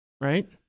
Right